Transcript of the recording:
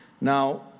Now